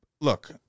look